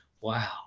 wow